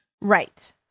Right